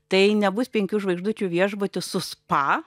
tai nebus penkių žvaigždučių viešbutis su spa